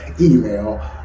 email